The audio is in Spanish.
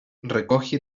recoge